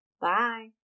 Bye